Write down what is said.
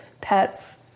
pets